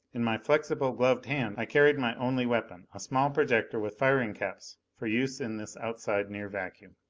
in my flexible gloved hand i carried my only weapon, a small projector with firing caps for use in this outside near-vacuum.